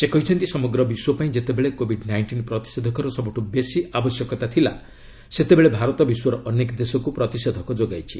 ସେ କହିଛନ୍ତି ସମଗ୍ର ବିଶ୍ୱ ପାଇଁ ଯେତେବେଳେ କୋବିଡ୍ ନାଇଷ୍ଟିନ୍ ପ୍ରତିଷେଧକର ସବୁଠୁ ବେଶି ଆବଶ୍ୟକତା ଥିଲା ସେତେବେଳେ ଭାରତ ବିଶ୍ୱର ଅନେକ ଦେଶକୁ ପ୍ରତିଷେଧକ ଯୋଗାଇଛି